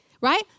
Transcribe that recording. right